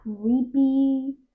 creepy